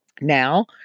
Now